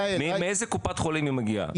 מאיזה קופת חולים היא באה אלייך?